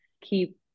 keep